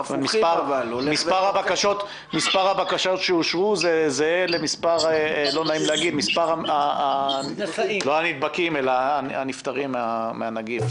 מספר הבקשות שאושרו זהה למספר הנפטרים מן הנגיף,